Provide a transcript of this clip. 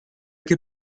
che